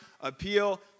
appeal